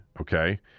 Okay